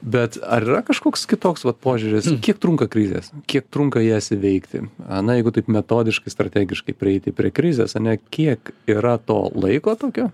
bet ar yra kažkoks kitoks vat požiūris kiek trunka krizės kiek trunka jas įveikti ane jeigu taip metodiškai strategiškai prieiti prie krizės ane kiek yra to laiko tokio